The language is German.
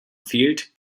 fehlt